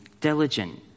diligent